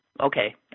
Okay